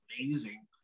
amazing